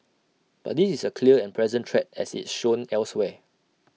but this is A clear and present threat as it's shown elsewhere